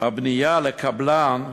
הבנייה לקבלן,